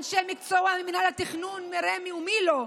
אנשי מקצוע ממינהל התכנון ומי לא,